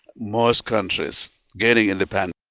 most countries gaining independence,